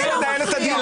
כי אני מנהל את הדיון.